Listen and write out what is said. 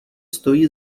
stojí